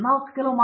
professor